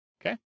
Okay